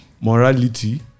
Morality